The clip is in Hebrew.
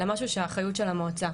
אלא משהו שהוא אחריות של המועצה,